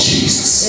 Jesus